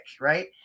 Right